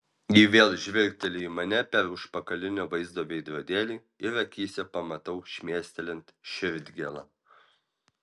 ji vėl žvilgteli į mane per užpakalinio vaizdo veidrodėlį ir akyse pamatau šmėstelint širdgėlą